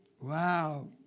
Wow